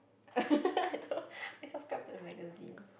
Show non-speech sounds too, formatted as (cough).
(laughs) I thought I subscribe to the magazine